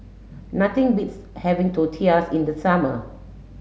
nothing beats having Tortillas in the summer